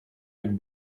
jak